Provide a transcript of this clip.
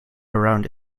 around